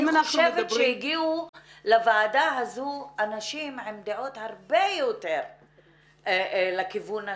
אני חושבת שהגיעו לוועדה הזו אנשים עם דעות הרבה יותר לכיוון השני,